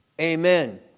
Amen